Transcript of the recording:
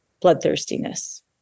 bloodthirstiness